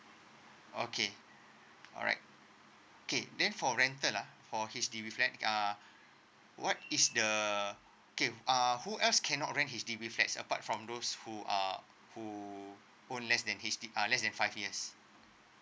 okay alright okay then for rental lah for H_D_B flat uh what is the okay uh who else cannot rent H_D_B flat apart from those who are who own less than H_D uh less than five years